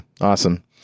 Awesome